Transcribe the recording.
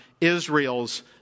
Israel's